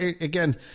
again